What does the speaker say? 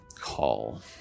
call